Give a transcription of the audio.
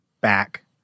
back